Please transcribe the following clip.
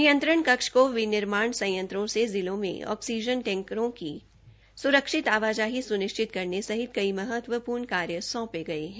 नियंत्रण कक्ष को विनिर्माण संयंत्रों से जिलों में ऑक्सीजन टैंकरों की स्रक्षित आवाजाही स्निश्चित करने सहित कई महत्वपूर्ण कार्य सौंपे गए हैं